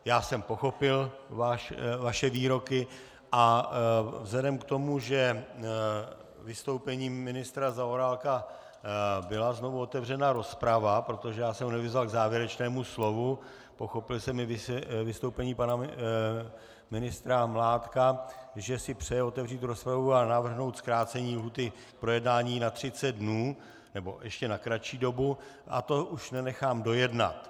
Já jsem pochopil vaše výroky a vzhledem k tomu, že vystoupením ministra Zaorálka byla znovu otevřena rozprava, protože já jsem nevyzval k závěrečnému slovu, pochopil jsem vystoupení pana ministra Mládka, že si přeje otevřít rozpravu a navrhnout zkrácení lhůty k projednání na 30 dnů, nebo ještě na kratší dobu, a to už nenechám dojednat.